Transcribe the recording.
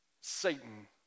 Satan